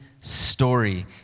story